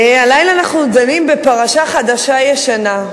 הלילה אנחנו דנים בפרשה חדשה-ישנה,